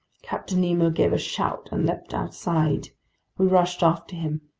captain nemo gave a shout and leaped outside. we rushed after him.